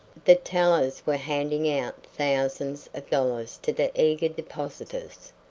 the tellers were handing out thousands of dollars to the eager depositors.